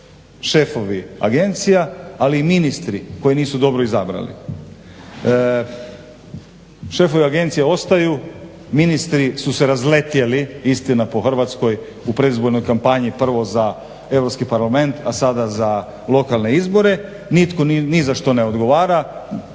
šefovi agencija ali i ministri koji nisu dobro izabrali. Šefovi agencija, ministri su se razlijetljeli istina po Hrvatskoj u predizbornoj kampanji prvo za europski parlament a sada za lokalne izbore. Nitko ni za što ne odgovara.